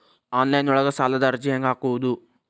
Online ಒಳಗ ಸಾಲದ ಅರ್ಜಿ ಹೆಂಗ್ ಹಾಕುವುದು?